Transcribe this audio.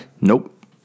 Nope